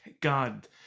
God